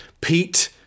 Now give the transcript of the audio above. pete